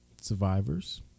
survivors